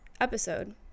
episode